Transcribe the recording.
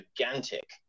gigantic